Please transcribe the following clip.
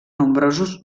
nombrosos